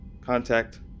contact